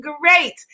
great